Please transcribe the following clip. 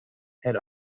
head